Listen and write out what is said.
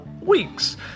weeks